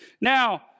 Now